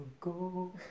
go